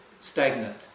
stagnant